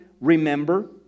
remember